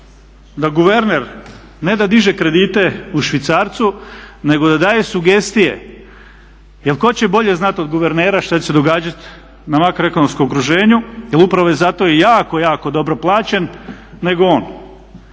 da guverner ne da diže kredite u švicarcu nego da daje sugestije jer tko će bolje znati od guvernera šta će se događati na makroekonomskom okruženju jer upravo je zato jako, jako dobro plaćen nego on.